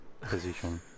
position